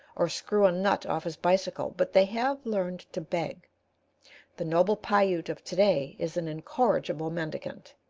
or screw a nut off his bicycle but they have learned to beg the noble piute of to-day is an incorrigible mendicant.